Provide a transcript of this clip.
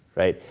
right.